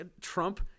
Trump